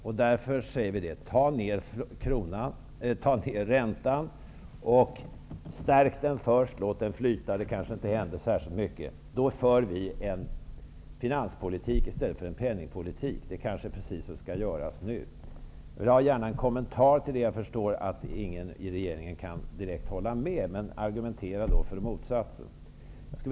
Vi säger därför: Ta ned räntan! Stärk kronan först och låt den flyta! Det kanske inte händer särskilt mycket. Då för vi finanspolitik i stället för penningpolitik. Det kanske är det som skall göras just nu. Jag vill gärna ha en kommentar till det. Jag förstår att ingen i regeringen direkt kan hålla med mig, men argumentera då för motsatsen!